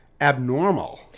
abnormal